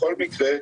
בכל מקרה,